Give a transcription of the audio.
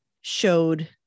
showed